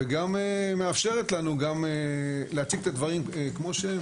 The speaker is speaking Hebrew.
וגם מאפשרת לנו להציג את הדברים כמו שהם,